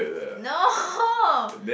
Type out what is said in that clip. no